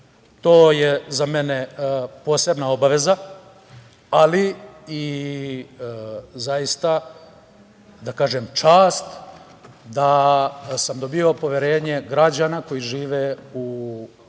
To je za mene posebna obaveza, ali i zaista, da kažem čast, da sam dobio poverenje građana koji žive u Sandžaku,